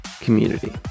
community